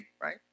right